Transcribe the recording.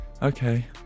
Okay